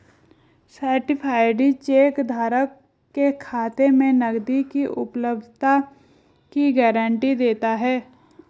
certified cheque धारक के खाते में नकदी की उपलब्धता की गारंटी देता है